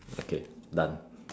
okay done